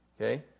Okay